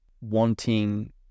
wanting